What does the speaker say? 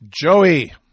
Joey